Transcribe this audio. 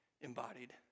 embodied